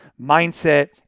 mindset